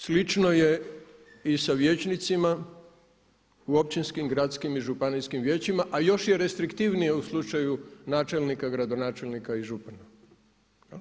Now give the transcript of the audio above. Slično je i sa vijećnicima u općinskim, gradskim i županijskim vijećima, a još je restriktivnije u slučaju načelnika, gradonačelnika i župana.